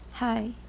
Hi